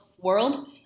world